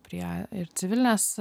prie civilinės